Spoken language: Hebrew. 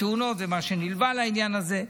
תאונות ומה שנלווה לעניין הזה.